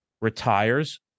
retires